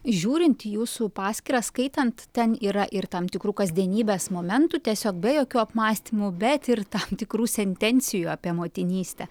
žiūrint į jūsų paskyrą skaitant ten yra ir tam tikrų kasdienybės momentų tiesiog be jokių apmąstymų bet ir tam tikrų sentencijų apie motinystę